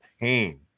pain